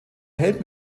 hält